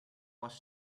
bus